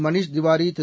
Manish Tewari Thiru